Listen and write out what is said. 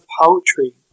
poetry